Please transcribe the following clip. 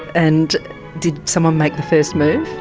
and did someone make the first move?